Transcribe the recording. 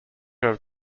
have